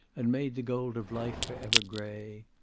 and made the gold of life forever gray.